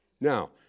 Now